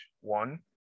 one